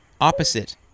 opposite